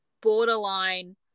borderline